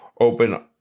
open